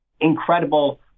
incredible